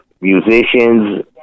musicians